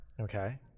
Okay